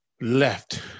left